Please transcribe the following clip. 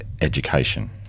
education